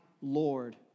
Lord